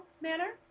manner